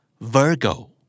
Virgo